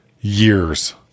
years